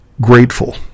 grateful